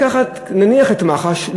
לקחת נניח את מח"ש,